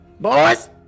Boys